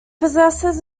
possesses